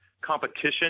competition